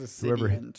whoever